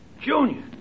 Junior